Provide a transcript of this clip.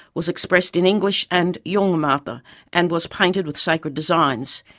was expressed in english and yolngu matha and was painted with sacred designs.